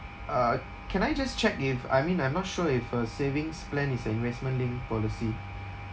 uh can I just check if I mean I'm not sure if a savings plan is a investment linked policy